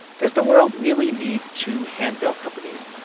does the world really need two handbell companies?